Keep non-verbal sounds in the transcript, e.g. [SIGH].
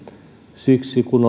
siksi kun [UNINTELLIGIBLE]